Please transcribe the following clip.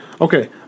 Okay